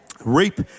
Reap